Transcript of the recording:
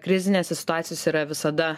krizinėse situacijose yra visada